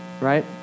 right